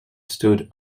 stood